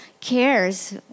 cares